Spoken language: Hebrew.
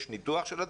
יש ניתוח של הדברים,